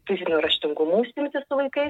fiziniu raštingumu užsiimt su vaikais